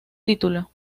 título